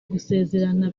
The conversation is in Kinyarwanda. gusezerana